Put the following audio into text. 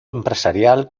empresarial